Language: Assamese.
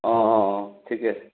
অঁ অঁ অঁ ঠিকে আছে